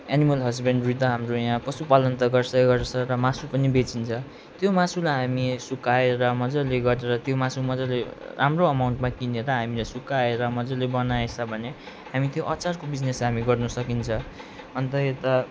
animal husbandry त हाम्रो यहाँ पशुपालन त गर्छै गर्छ र मासु पनि बेचिन्छ त्यो मासुलाई हामी सुकाएर मजाले गरेर त्यो मासु मजाले राम्रो अमाउन्टमा किन्यो त हामीले सुकाएर मजाले बनाएछ भने हामी त्यो अचारको बिजिनेस हामी गर्नु सकिन्छ अन्त यता